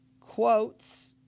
quotes